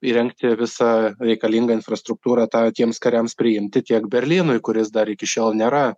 įrengti visą reikalingą infrastruktūrą tą tiems kariams priimti tiek berlynui kuris dar iki šiol nėra